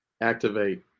Activate